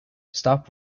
stop